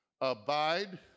Abide